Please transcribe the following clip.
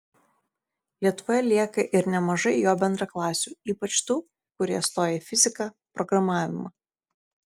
lietuvoje lieka ir nemažai jo bendraklasių ypač tų kurie stoja į fiziką programavimą